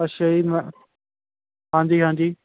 ਅੱਛਾ ਜੀ ਹਾਂਜੀ ਹਾਂਜੀ